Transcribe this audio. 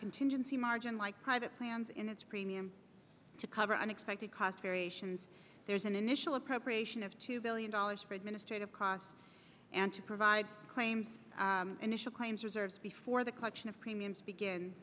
contingency margin like private plans in its premium to cover unexpected costs variations there is an initial appropriation of two billion dollars for administrative costs and to provide claims initial claims reserves before the collection of premiums begin